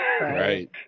Right